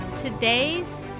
TODAY'S